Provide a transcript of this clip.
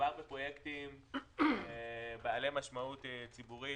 בפרויקטים בעלי משמעות ציבורית,